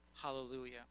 Hallelujah